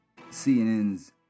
CNN's